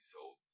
sold